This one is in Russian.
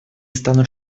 станут